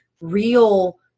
real